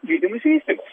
gydymosi įstaigos